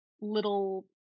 little